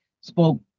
spoke